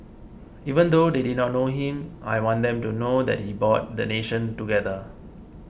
even though they did not know him I want them to know that he brought the nation together